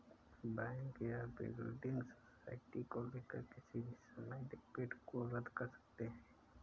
bank या building society को लिखकर किसी भी समय डेबिट को रद्द कर सकते हैं